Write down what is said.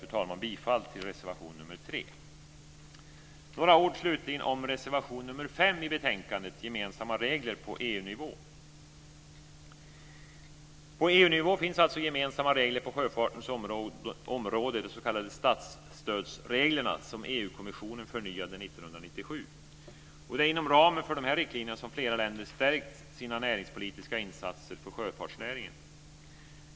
Jag yrkar bifall till reservation nr 3. Slutligen ska jag säga några ord om reservation nr 5 i betänkandet om gemensamma regler på EU På EU-nivå finns alltså gemensamma regler på sjöfartens område, de s.k. statsstödsreglerna, som EU kommissionen förnyade 1997. Det är inom ramen för dessa riktlinjer som flera länder stärkt sina näringspolitiska insatser för sjöfartsnäringen.